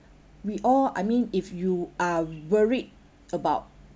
we all I mean if you are worried about